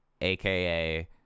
aka